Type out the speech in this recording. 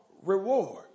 reward